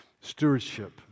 stewardship